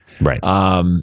Right